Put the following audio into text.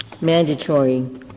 mandatory